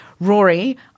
Rory